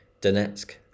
Donetsk